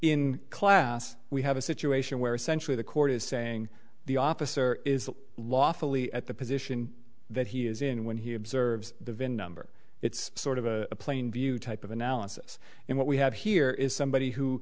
in class we have a situation where essentially the court is saying the officer is lawfully at the position that he is in when he observes the vin number it's sort of a plain view type of analysis and what we have here is somebody who